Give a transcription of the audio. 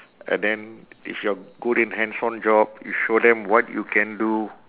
and then if you're good in hands on job you show them what you can do